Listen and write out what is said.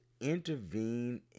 intervene